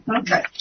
Okay